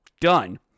done